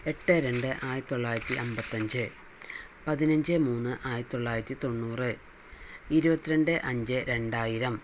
എട്ട് രണ്ട് അയിരത്തി തൊള്ളായിരത്തി അമ്പത്തഞ്ച് പതിനഞ്ച് മൂന്ന് ആയിരത്തി തൊള്ളായിരത്തി തൊണ്ണൂറ് ഇരുപത്തി രണ്ട് അഞ്ച് രണ്ടായിരം